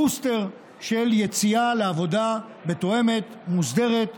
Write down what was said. בוסטר של יציאה לעבודה מתואמת, מוסדרת,